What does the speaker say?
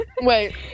wait